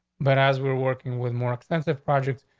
but as we're working with more extensive projects,